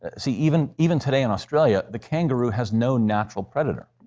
ah see, even even today in australia the kangaroo has no natural predator.